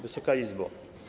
Wysoka Izbo!